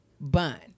bun